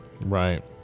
Right